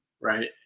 right